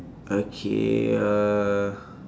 okay uh